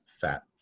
fat